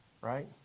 Right